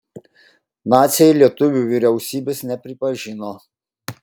naciai lietuvių vyriausybės nepripažino